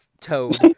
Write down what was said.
Toad